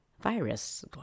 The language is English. virus